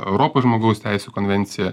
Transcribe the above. europos žmogaus teisių konvencija